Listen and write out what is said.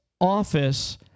office